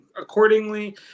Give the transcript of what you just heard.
accordingly